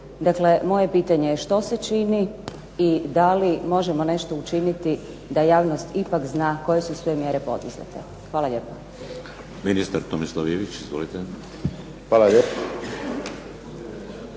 Dakle, moje pitanje je što se čini i da li možemo nešto učiniti da javnost ipak zna koje su sve mjere poduzete? Hvala lijepa.